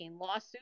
lawsuit